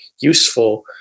useful